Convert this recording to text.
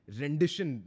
rendition